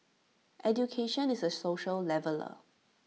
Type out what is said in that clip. education is A social leveller